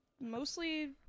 mostly